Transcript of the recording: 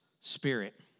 spirit